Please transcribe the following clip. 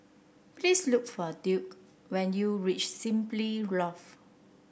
please look for Duke when you reach Simply Lodge